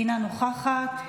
אינה נוכחת,